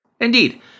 Indeed